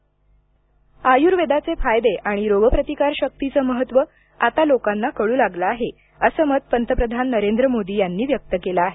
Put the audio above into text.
पंतप्रधान आयुर्वेदाचे फायदे आणि रोगप्रतिकार शक्तीचं महत्त्व आता लोकांना कळू लागलं आहे असं मत पंतप्रधान नरेंद्र मोदी यांनी व्यक्त केलं आहे